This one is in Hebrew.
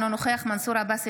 אינו נוכח מנסור עבאס,